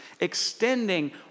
extending